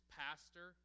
pastor